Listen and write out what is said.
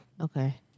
Okay